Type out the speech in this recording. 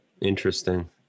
Interesting